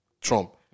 Trump